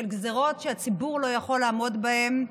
של גזרות שהציבור לא יכול לעמוד בהן.